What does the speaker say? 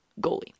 goalie